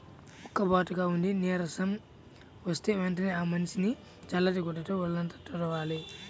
ఉక్కబోతగా ఉండి నీరసం వస్తే వెంటనే ఆ మనిషిని చల్లటి గుడ్డతో వొళ్ళంతా తుడవాలి